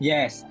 Yes